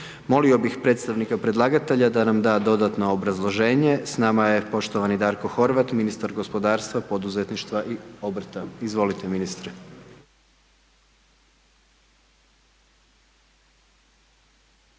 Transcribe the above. Molio bi predstavnika predlagatelja da nam da dodatno obrazloženje, s nama je poštovani Darko Horvat, ministar gospodarstva poduzetništva i obrta, izvolite ministre.